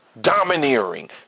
Domineering